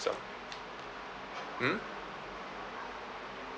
some hmm